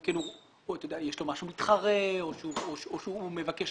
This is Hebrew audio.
אם יש לו משהו מתחרה או שהוא מבקש